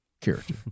character